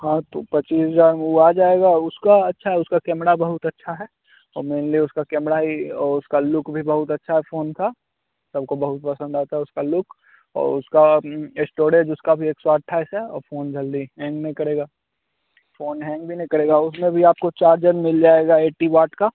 हाँ तो पचीस हजार में वो आ जाएगा उसका अच्छा है उसका कैमड़ा बहुत अच्छा है और मैनली उसका कैमड़ा ही और उसका लुक भी बहुत अच्छा है फ़ोन का सबको बहुत पसंद आता है उसका लुक और उसका एस्टोड़ेज उसका भी एक सौ अट्ठाईस है और फ़ोन जल्दी हैंग नहीं करेगा फोन हैंग भी नहीं करेगा उसमें भी आपको चार्जर मिल जाएगा एट्टी वाट का